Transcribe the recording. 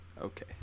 Okay